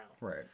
Right